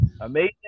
amazing